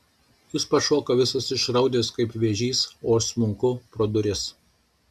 jis pašoka visas išraudęs kaip vėžys o aš smunku pro duris